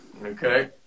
Okay